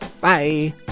Bye